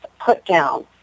put-down